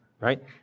right